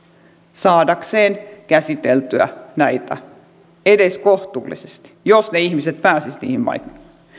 saadakseen käsiteltyä näitä edes kohtuullisesti jos ne ihmiset pääsisivät niihin maihin